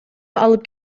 алып